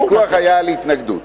לא, הוויכוח היה על התנגדות.